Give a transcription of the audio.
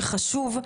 שחשוב,